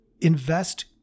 Invest